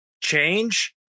change